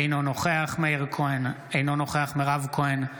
אינו נוכח מאיר כהן, אינו נוכח מירב כהן,